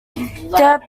have